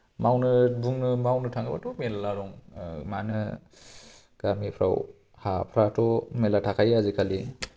मावनो बुङो मावनो थाङोब्लाथ' मेल्ला दं मा होनो गामिफ्राव हाफ्राथ' मेल्ला थाखायो आजिखालि